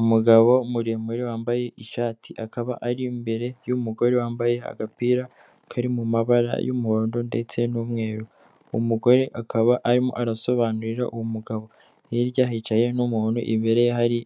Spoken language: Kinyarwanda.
Umugabo muremure wambaye ishati akaba ari imbere y'umugore wambaye agapira kari mu mabara y'umuhondo ndetse n'umweru, uwo mugore akaba arimo arasobanurira uwo mugabo, hirya hicaye n'umuntu imbere ye hari